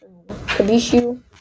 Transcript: Kabishu